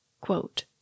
Quote